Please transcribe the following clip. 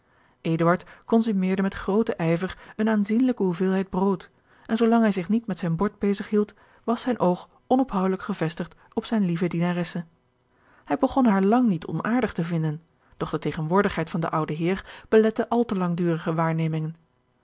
consumeerde met grooten ijver eene aanzienlijke hoeveelheid brood en zoolang hij zich niet met zijn bord bezig hield was george een ongeluksvogel zijn oog onophoudelijk gevestigd op zijne lieve dienaresse hij begon haar lang niet onaardig te vinden doch de tegenwoordigheid van den ouden heer belette al te langdurige waarnemingen